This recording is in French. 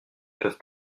peuvent